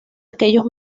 aquellos